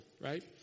right